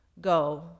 go